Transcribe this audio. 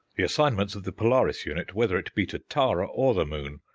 the assignments of the polaris unit, whether it be to tara or the moon,